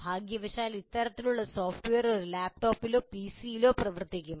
ഭാഗ്യവശാൽ ഇത്തരത്തിലുള്ള സോഫ്റ്റ്വെയർ ഒരു ലാപ്ടോപ്പിലോ പിസിയിലോ പ്രവർത്തിക്കും